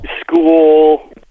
School